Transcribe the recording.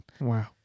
Wow